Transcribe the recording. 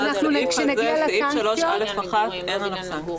על הסעיף הזה, סעיף 3א1, אין עליו סנקציה.